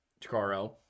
Takaro